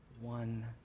one